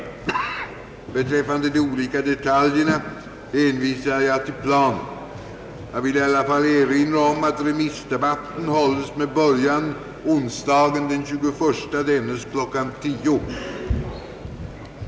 Beträffande de olika detaljerna hänvisar jag till planen. Jag vill i alla fall erinra om att remissdebatten hålles med början onsdagen den 21 dennes kl. 10.00.